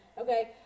Okay